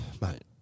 mate